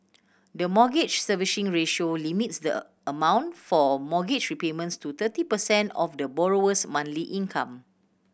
the Mortgage Servicing Ratio limits the amount for mortgage repayments to thirty percent of the borrower's monthly income